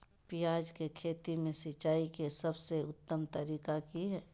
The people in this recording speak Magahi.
प्याज के खेती में सिंचाई के सबसे उत्तम तरीका की है?